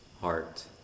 heart